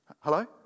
Hello